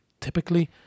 typically